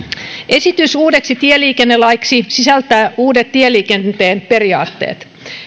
esitys uudeksi tieliikennelaiksi sisältää uudet tieliikenteen periaatteet